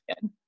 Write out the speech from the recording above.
good